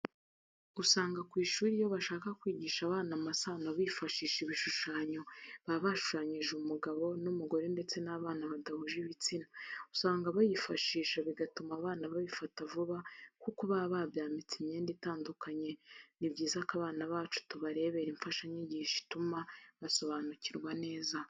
Usanga ku ishuri iyo bashaka kwigisha abana amasano bifashisha ibishushanyo, baba bashushanyije umugabo n'umugore ndetse n'abana badahuje ibitsina, usanga bayifashisha bigatuma abana babifata vuba kuko baba babyambitse imyenda itandukanye, ni byiza ko abana bacu tubarebera imfashanyigisho ituma basobanukirwa neza.